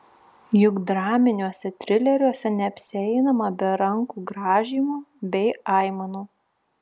juk draminiuose trileriuose neapsieinama be rankų grąžymo bei aimanų